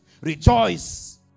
Rejoice